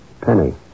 Penny